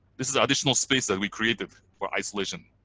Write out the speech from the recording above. this is the additional space that we created for isolation.